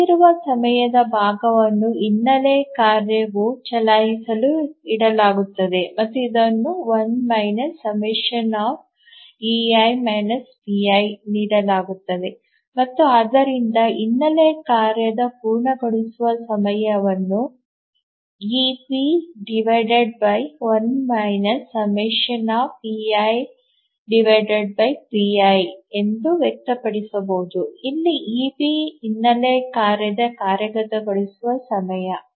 ಉಳಿದಿರುವ ಸಮಯದ ಭಾಗವನ್ನು ಹಿನ್ನೆಲೆ ಕಾರ್ಯವು ಚಲಾಯಿಸಲು ಇಡಲಾಗುತ್ತದೆ ಮತ್ತು ಇದನ್ನು 1−∑ ನೀಡಲಾಗುತ್ತದೆ ಮತ್ತು ಆದ್ದರಿಂದಹಿನ್ನೆಲೆ ಕಾರ್ಯದ ಪೂರ್ಣಗೊಳಿಸುವ ಸಮಯವನ್ನು eB1−∑ ಎಂದು ವ್ಯಕ್ತಪಡಿಸಬಹುದು ಅಲ್ಲಿ ಇಬಿ ಹಿನ್ನೆಲೆ ಕಾರ್ಯದ ಕಾರ್ಯಗತಗೊಳಿಸುವ ಸಮಯ